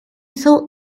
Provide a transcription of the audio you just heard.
thought